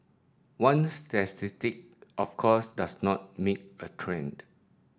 one statistic of course does not make a trend